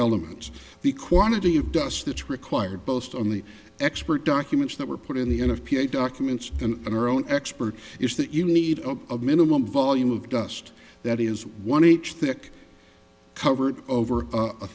elements the quantity of dust that's required both on the expert documents that were put in the end of ph documents and in our own expert is that you need a minimum volume of dust that is one inch thick covered over a